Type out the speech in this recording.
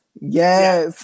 yes